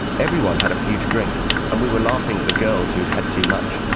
everyone had a few to drink and we were laughing at the girls who'd had too much.